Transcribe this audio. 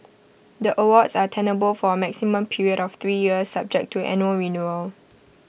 the awards are tenable for A maximum period of three years subject to annual renewal